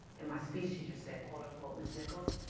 and my speech teacher said, quote unquote, ms. nichols,